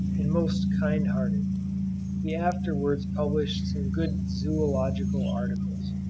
and most kind-hearted he afterwards published some good zoological articles.